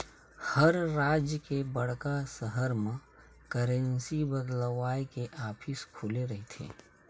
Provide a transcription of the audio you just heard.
हर राज के बड़का सहर म करेंसी बदलवाय के ऑफिस खुले रहिथे